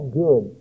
good